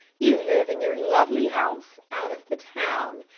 you live in your lovely house out of the town.